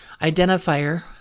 identifier